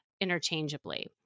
interchangeably